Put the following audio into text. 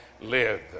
live